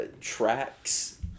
tracks